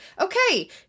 okay